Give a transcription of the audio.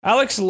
Alex